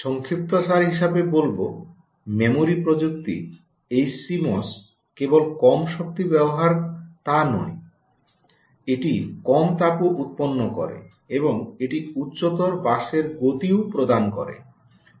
সংক্ষিপ্তসার হিসাবে বলবো মেমরি প্রযুক্তি ইচসিএমওএস কেবল কম শক্তি ব্যবহার তা না এটি কম তাপও উত্পন্ন করে এবং এটি উচ্চতর বাসের গতিও প্রদান করে